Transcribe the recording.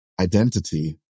identity